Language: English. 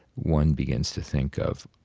one begins to think of